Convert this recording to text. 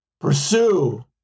Pursue